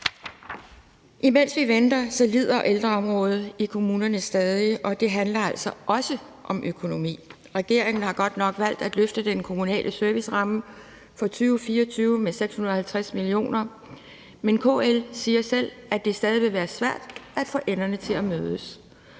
Imens vi venter, lider ældreområdet i kommunerne stadig, og det handler altså også om økonomi. Regeringen har godt nok valgt at løfte den kommunale serviceramme for 2024 med 650 mio. kr., men KL siger selv, at det stadig vil være svært at få enderne til at mødes,